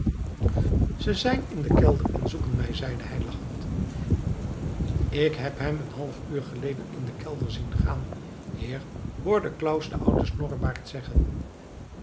ze zijn in den kelder en zoeken mij zeide hij lachend ik heb hem een half uur geleden in den kelder zien gaan heer hoorde claus den ouden snorrebaard zeggen